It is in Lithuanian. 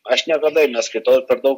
aš niekada jų neskaitau ir per daug